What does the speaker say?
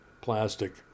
plastic